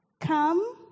come